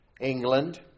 England